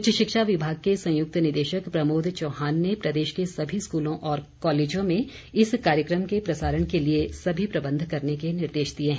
उच्च शिक्षा विभाग के संयुक्त निदेशक प्रमोद चौहान ने प्रदेश के सभी स्कूलों और कॉलेजों में इस कार्यक्रम के प्रसारण के लिए सभी प्रबंध करने के निर्देश दिए हैं